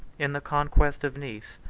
in the conquest of nice,